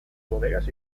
bodegas